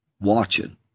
watching